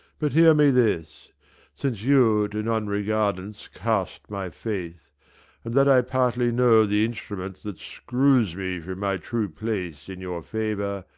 but hear me this since you to non-regardance cast my faith, and that i partly know the instrument that screws me from my true place in your favour,